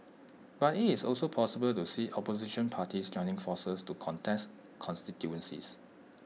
but it's also possible to see opposition parties joining forces to contest constituencies